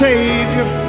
Savior